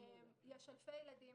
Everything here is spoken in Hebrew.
יש אלפי ילדים